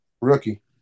rookie